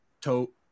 tote